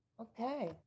Okay